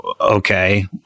Okay